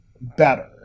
better